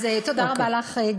תודה רבה לך,